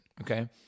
Okay